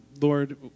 Lord